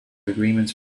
agreements